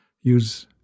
use